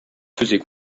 faisait